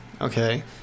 Okay